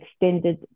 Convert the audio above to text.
extended